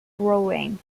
growing